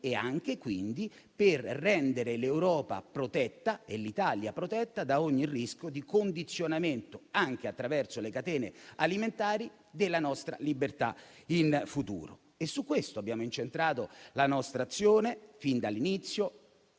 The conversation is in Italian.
e anche quindi per rendere l'Europa protetta e l'Italia protetta da ogni rischio di condizionamento, anche attraverso le catene alimentari, e per la nostra libertà in futuro. Su questo abbiamo incentrato la nostra azione, fin dall'inizio,